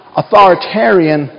authoritarian